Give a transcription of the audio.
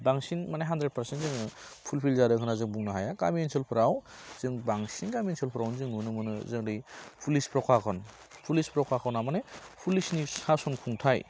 बांसिन माने hundred percent जोङो फुलफिल जादों होन्ना जों बुंनो हाया गामि ओनसोलफोराव जों बांसिन गामि ओनसोलफ्राव जों नुनो मोनो जेरै पुलिस फ्रखाक'न पुलिस फ्रखाक'ना माने पुलिसनि सास'न खुंथाय